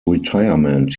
retirement